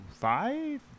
five